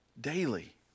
daily